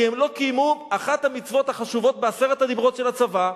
כי הם לא קיימו אחת המצוות החשובות בעשרת הדיברות של הצבא: